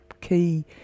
key